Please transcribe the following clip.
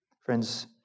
Friends